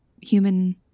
human